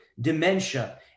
dementia